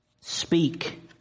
speak